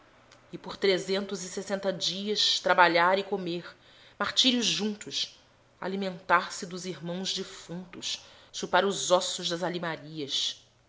e por trezentos e sessenta dias trabalhar e comer martírios juntos alimentar-se dos irmãos defuntos chupar os ossos das